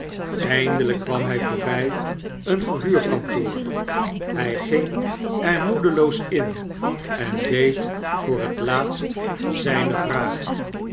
eindelyk kwam hy voorbjj een verhuurkantoor hij ging er moedeloos in en deed voor het laatst zijne vraag